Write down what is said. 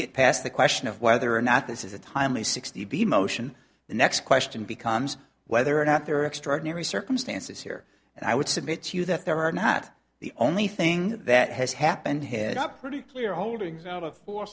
get past the question of whether or not this is a timely sixty b motion the next question becomes whether or not there are extraordinary circumstances here and i would submit to you that there are not the only thing that has happened head up pretty clear holdings out of four